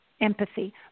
empathy